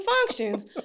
functions